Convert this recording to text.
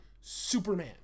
Superman